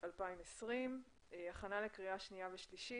התש"ף-2020, הכנה לקריאה שנייה ושלישית.